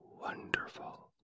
wonderful